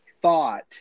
thought